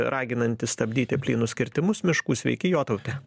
raginanti stabdyti plynus kirtimus miškų sveiki jotaute